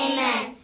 Amen